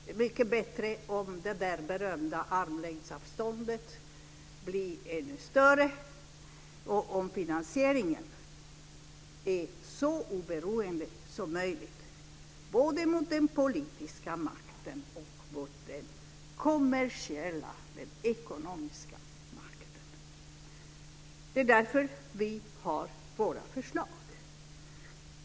Det är mycket bättre om det berömda armlängdsavståndet blir ännu större och om finansieringen blir så oberoende som möjligt, både mot den politiska makten och den kommersiella, ekonomiska, makten. Det är därför vi har våra förslag.